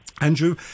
Andrew